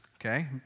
okay